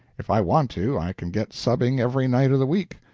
if i want to, i can get subbing every night of the week.